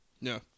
No